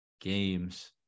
games